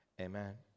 Amen